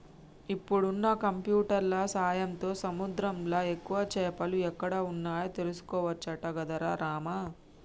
ఇప్పుడున్న కంప్యూటర్ల సాయంతో సముద్రంలా ఎక్కువ చేపలు ఎక్కడ వున్నాయో తెలుసుకోవచ్చట గదరా రామా